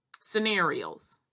scenarios